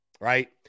Right